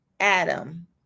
adam